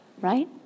right